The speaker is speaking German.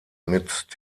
mit